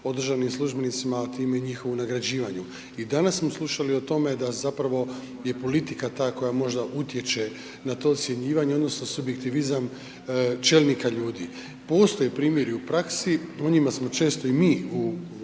o državnim službenicima a time i njihovom nagrađivanju. I danas smo slušali o tome da zapravo je politika ta koja možda utječe na to ocjenjivanje odnosno subjektivizam čelnika ljudi. Postoje primjeri u praksi, u njima smo često i mi u